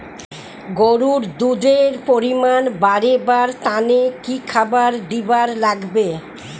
গরুর দুধ এর পরিমাণ বারেবার তানে কি খাবার দিবার লাগবে?